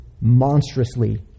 monstrously